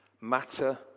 Matter